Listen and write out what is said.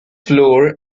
floor